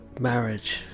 Marriage